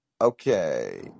Okay